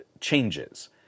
changes